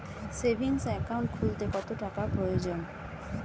Savings account খুলতে কত টাকার প্রয়োজন?